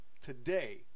today